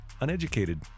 uneducated